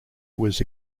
was